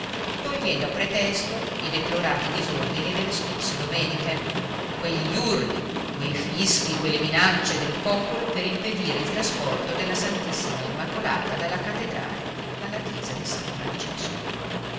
togliendo a pretesto i deplorati disordini delle scorse domeniche quegli urli quei fischi quelle minacce del popolo per impedire il trasporto della ss immacolata dalla cattedrale alla chiesa di s francesco